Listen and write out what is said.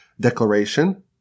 declaration